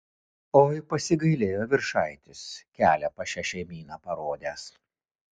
oi pasigailėjo viršaitis kelią pas šią šeimyną parodęs